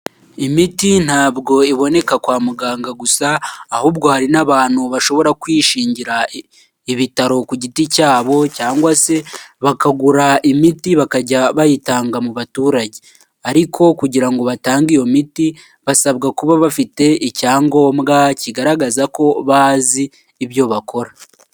Imiti ntabwo iboneka kwa muganga gusa ahubwo hari n'abantu bashobora kwishingira ibitaro ku giti cyabo cyangwa se bakagura imiti bakajya bayitanga mu baturage, ariko kugira ngo batange iyo miti basabwa kuba bafite icyangombwa kigaragaza ko bazi ibyo bakora.